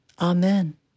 Amen